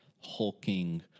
hulking